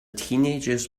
teenagers